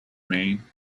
maine